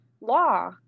law